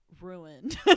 Ruined